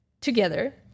together